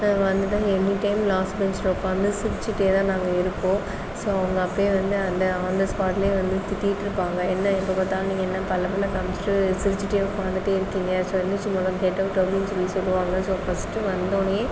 வந்துட்டு any time last பெஞ்சில் உட்காந்து சிரித்துட்டே தான் நாங்கள் இருப்போம் ஸோ அவங்க அப்போயே வந்து அந்த ஆன் தி ஸ்பாட்டில் வந்து திட்டிட்டு இருப்பாங்க என்ன எப்போதுப் பார்த்தாலும் நீங்கள் என்ன பல்லை பல்லை காண்மிச்சுட்டு சிரித்துட்டே உக்காந்துட்டே இருக்கீங்க ஸோ எழுந்திருச்சு முதல் கெட் அவுட் அப்படினு சொல்லி சொல்லுவாங்க ஸோ ஃபர்ஸ்ட் வந்த உடனே